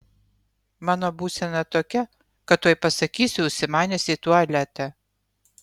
mano būsena tokia kad tuoj pasakysiu užsimanęs į tualetą